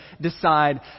decide